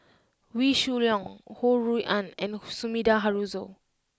Wee Shoo Leong Ho Rui An and Sumida Haruzo